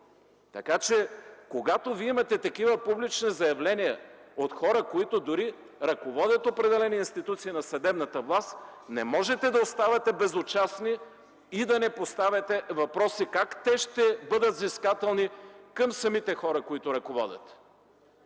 по-малки. Когато имате публични заявления от хора, които ръководят определени институции на съдебната власт, не можете да оставате безучастни и да не поставяте въпроси как те ще бъдат взискателни към хората, които ръководят.